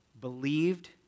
believed